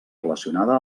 relacionada